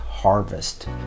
Harvest